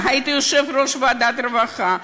אתה היית יושב-ראש ועדת הרווחה,